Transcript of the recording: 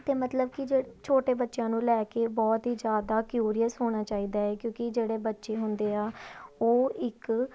ਅਤੇ ਮਤਲਬ ਕਿ ਜਿ ਛੋਟੇ ਬੱਚਿਆਂ ਨੂੰ ਲੈ ਕੇ ਬਹੁਤ ਹੀ ਜ਼ਿਆਦਾ ਕਿਊਰੀਅਸ ਹੋਣਾ ਚਾਹੀਦਾ ਹੈ ਕਿਉਂਕਿ ਜਿਹੜੇ ਬੱਚੇ ਹੁੰਦੇ ਆ ਉਹ ਇੱਕ